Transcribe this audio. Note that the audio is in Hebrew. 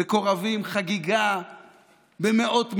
מקורבים, חגיגה במאות מיליונים.